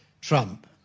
Trump